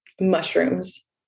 Mushrooms